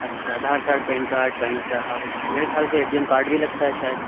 اچھا Aadhaar card PAN card bank اور میرے خیال سے اے ٹی ایم کارڈ بھی لگتا ہے شاید